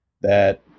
that-